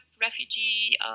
refugee